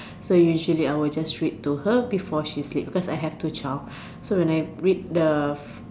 so usually I would just read to her before she sleep because I have two child so when I read the